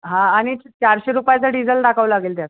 हा आणि चारशे रुपयाचा डिझेल टाकावा लागेल त्यात